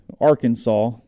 Arkansas